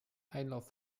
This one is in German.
einlauf